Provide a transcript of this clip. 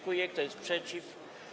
Kto jest przeciw?